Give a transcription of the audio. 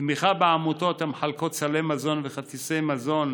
תמיכה בעמותות המחלקות סלי מזון וכרטיסי מזון